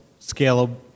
scalable